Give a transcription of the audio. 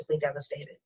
devastated